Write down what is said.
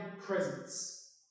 presence